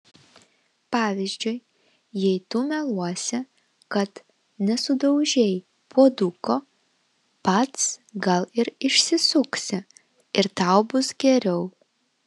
pavyzdžiui jei tu meluosi kad nesudaužei puoduko pats gal ir išsisuksi ir tau bus geriau